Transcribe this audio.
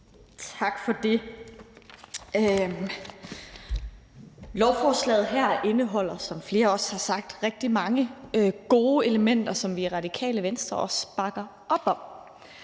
Tak for det. Lovforslaget her indeholder, som flere andre også har sagt, rigtig mange gode elementer, som vi i Radikale Venstre også bakker op om.